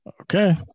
Okay